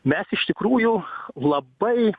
mes iš tikrųjų labai